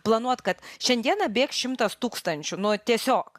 planuoti kad šiandieną bėgs šimtas tūkstančių nu tiesiog